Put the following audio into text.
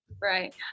Right